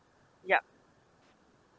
yup